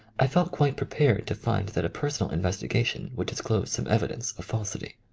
i felt quite prepared to find that a personal investiga tion would disclose some evidence of falsity.